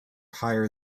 higher